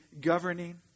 governing